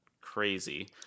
crazy